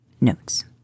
Notes